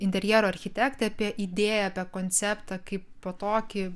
interjero architektai apie idėją apie konceptą kaipo tokį